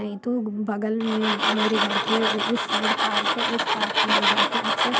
नहीं तो घू बग़ल में मेरे घर के उस साइड पार्क है उस पार्क में हम जा कर अक्सर